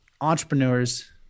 entrepreneurs